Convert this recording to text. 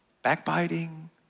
backbiting